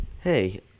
hey